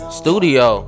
studio